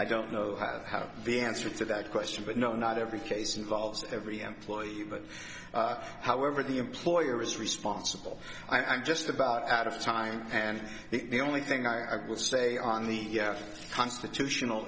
i don't know how the answer to that question but no not every case involves every employee but however the employer is responsible i'm just about out of time and the only thing i will say on the constitutional